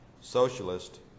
socialist